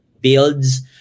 builds